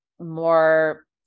More